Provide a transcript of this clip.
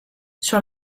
sur